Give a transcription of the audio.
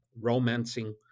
romancing